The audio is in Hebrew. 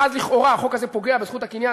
ואז לכאורה החוק הזה פוגע בזכות הקניין,